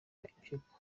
impyiko